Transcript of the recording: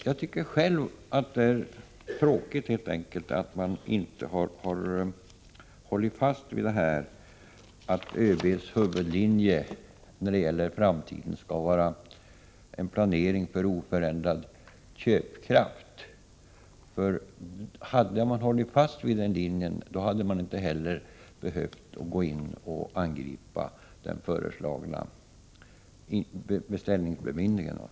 Jag tycker att det helt enkelt är tråkigt att man inte har följt ÖB:s huvudlinje när det gäller framtiden, nämligen att det skall vara en planering för oförändrad köpkraft. Hade socialdemokraterna följt den linjen, hade de inte behövt gå in och angripa föreslagna beställningsbemyndiganden.